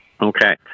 Okay